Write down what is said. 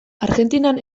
argentinan